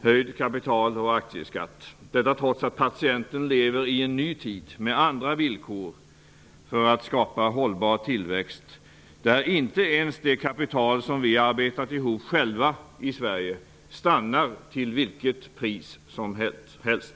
höjd kapital och aktieskatt -- detta trots att patienten lever i en ny tid med andra villkor för att skapa hållbar tillväxt, där inte ens det kapital som vi har arbetat ihop själva i Sverige stannar till vilket pris som helst.